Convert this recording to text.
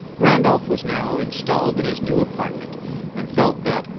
randolph was now installed in his new apartment and felt that,